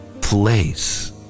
place